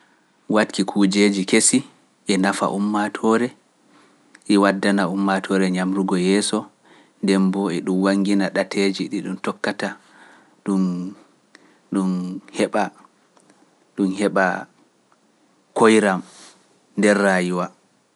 Watki kujeeji kesi e nafa ummatoore, e waddana ummatoore ñamrugo yeeso, ndemboo e ɗum wangina ɗateeji ɗi ɗum tokkata, ɗum heɓa koyram nder rayi wa.